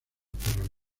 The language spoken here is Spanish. pero